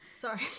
Sorry